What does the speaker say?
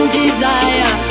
desire